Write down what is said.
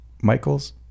Michaels